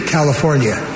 California